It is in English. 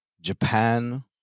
Japan